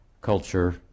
culture